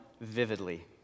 vividly